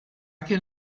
can